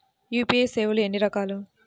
UPI సేవలు ఎన్నిరకాలు?